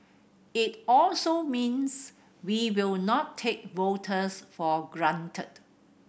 it also means we will not take voters for granted